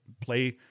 play